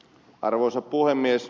arvoisa puhemies